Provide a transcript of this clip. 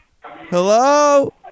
hello